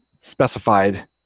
specified